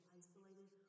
isolated